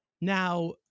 now